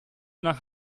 nach